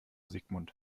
sigmund